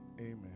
amen